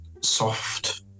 soft